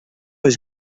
eus